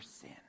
sin